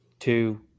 two